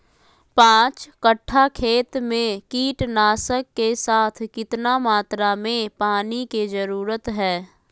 पांच कट्ठा खेत में कीटनाशक के साथ कितना मात्रा में पानी के जरूरत है?